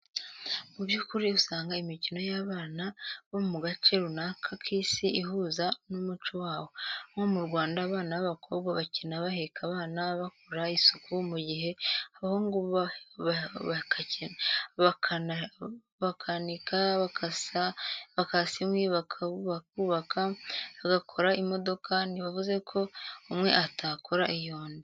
Mu by'ukuri usanga imikino y'abana bo mu gace runaka k'Isi ihuza n'umuco waho; nko mu Rwanda abana b'abakobwa bakina baheka abana, bakora isuku; mu gihe abahungu bo bakanika, bakasa inkwi, bakubaka, bagakora imodoka; ntibivuze ko umwe arakora iy'undi.